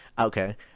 Okay